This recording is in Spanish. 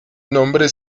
nombre